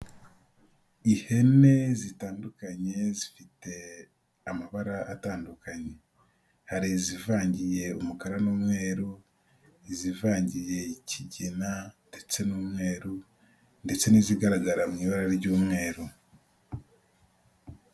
Ihene zitandukanye zifite amabara atandukanye, hari izivangiye umukara n'umweru, izivangiye kigina ndetse n'umweru ndetse n'izigaragara mu ibara ry'umweru.